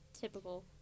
typical